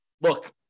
look